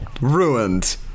ruined